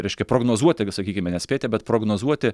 reiškia prognozuoti sakykime nespėti bet prognozuoti